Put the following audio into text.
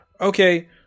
Okay